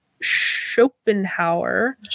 schopenhauer